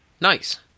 nice